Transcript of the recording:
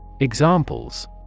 Examples